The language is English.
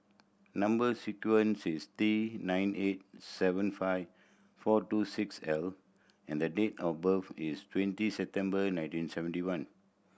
number sequence is T nine eight seven five four two six L and the date of birth is twenty September nineteen seventy one